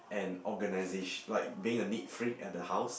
and organisation like being a neat freak at the house